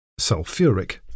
Sulfuric